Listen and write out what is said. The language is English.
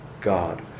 God